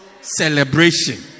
celebration